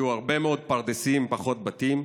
היו הרבה מאוד פרדסים, פחות בתים.